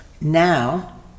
Now